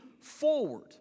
forward